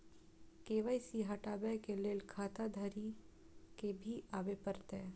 KYC हटाबै के लैल खाता धारी के भी आबे परतै?